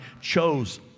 chose